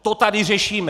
To tady řešíme!